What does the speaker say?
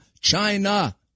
China